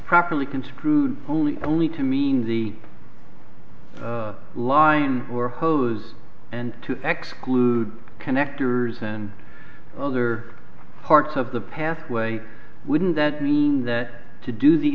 properly construed only to mean the the line or hose and two x glued connectors and other parts of the pathway wouldn't that mean that to do the